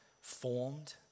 formed